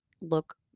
look